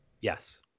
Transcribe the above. Yes